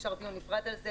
אפשר דיון נפרד על זה